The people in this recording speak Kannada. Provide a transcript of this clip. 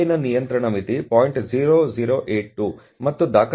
0082 ಮತ್ತು ದಾಖಲಾದ ಡೇಟಾ 0